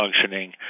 functioning